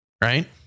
right